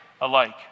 alike